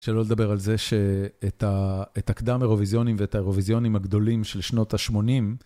שלא לדבר על זה שאת הקדם האירוויזיונים ואת האירוויזיונים הגדולים של שנות ה-80.